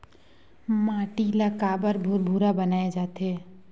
माटी ला काबर भुरभुरा बनाय जाथे?